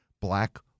black